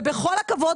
ובכל הכבוד,